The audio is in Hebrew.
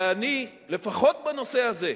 ואני, לפחות בנושא הזה,